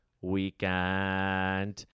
weekend